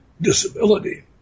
disability